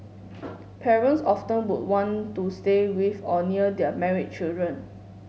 parents often would want to stay with or near their married children